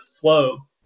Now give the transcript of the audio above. flow